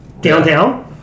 downtown